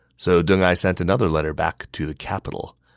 so deng ai sent another letter back to the capital.